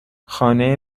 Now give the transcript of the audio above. خانه